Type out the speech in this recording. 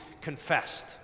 confessed